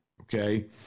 Okay